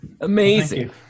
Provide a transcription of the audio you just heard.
Amazing